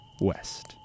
West